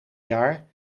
jaar